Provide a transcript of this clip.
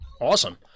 Awesome